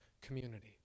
community